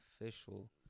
official